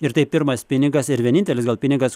ir tai pirmas pinigas ir vienintelis gal pinigas